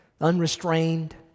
unrestrained